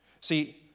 See